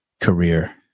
career